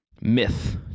myth